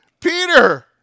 Peter